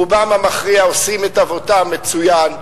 רובם המכריע עושים את עבודתם מצוין.